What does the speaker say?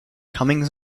comings